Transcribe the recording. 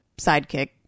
sidekick